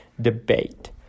debate